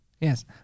Yes